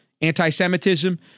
Anti-Semitism